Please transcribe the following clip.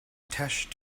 tesh